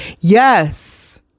Yes